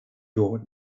your